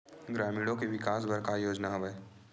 ग्रामीणों के विकास बर का योजना हवय?